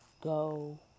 go